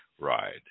Ride